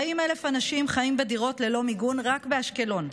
40,000 אנשים חיים בדירות ללא מיגון רק באשקלון.